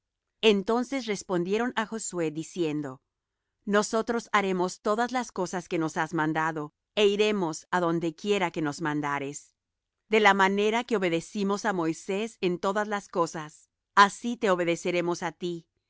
entonces respondieron á josué diciendo nosotros haremos todas las cosas que nos has mandado é iremos adonde quiera que nos mandares de la manera que obedecimos á moisés en todas las cosas así te obedeceremos á ti